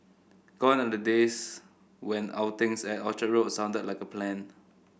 gone are the days when outings at Orchard Road sounded like a plan